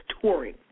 touring